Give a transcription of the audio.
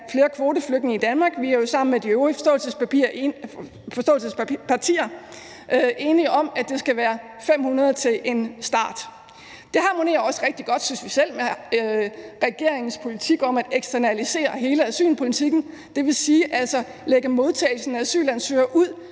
flere kvoteflygtninge i Danmark, for vi er jo sammen med de øvrige partier, der står bag forståelsespapiret, enige om, at det skal være 500 til en start. Det harmonerer også rigtig godt, synes vi selv, med regeringens politik om at eksternalisere hele asylpolitikken, dvs. lægge modtagelsen af asylansøgere ud